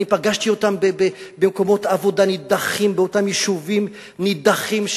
ואני פגשתי אותם במקומות עבודה נידחים באותם יישובים נידחים,